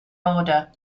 order